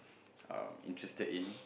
um interested in